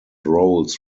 roles